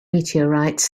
meteorites